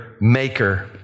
maker